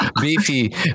Beefy